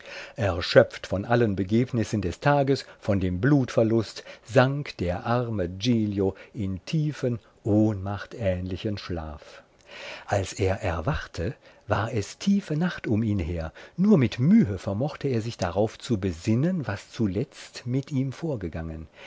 erschöpft von allen begebnissen des tages von dem blutverlust sank der arme giglio in tiefen ohnmachtähnlichen schlaf als er erwachte war es tiefe nacht um ihn her nur mit mühe vermochte er sich darauf zu besinnen was zuletzt mit ihm vorgegangen